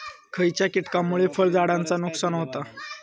खयच्या किटकांमुळे फळझाडांचा नुकसान होता?